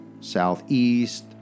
southeast